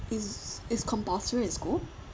is is compulsory in school